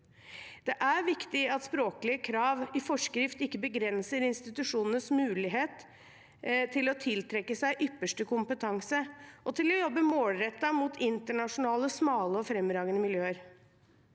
Det er viktig at språklige krav i forskrift ikke begrenser institusjonenes mulighet til å tiltrekke seg ypperste kompetanse og til å jobbe målrettet mot internasjonale, smale og fremragende miljøer.